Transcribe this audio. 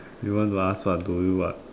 you want to ask what do you what